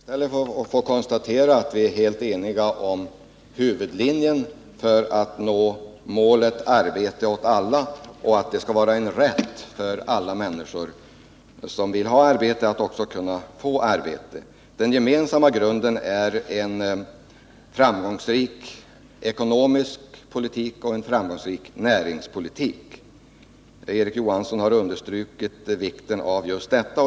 Herr talman! Jag ber att med tillfredsställelse få konstatera att Erik Johansson och jag är helt eniga om huvudlinjen för att nå målet arbete åt alla och att det skall vara en rätt för alla människor som vill ha arbete att också kunna få arbete. Den gemensamma grunden är en framgångsrik ekonomisk politik och en framgångsrik näringspolitik. Erik Johansson har understrukit vikten av just detta.